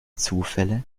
zufälle